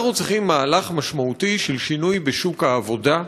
אנחנו צריכים מהלך משמעותי של שינוי בשוק העבודה,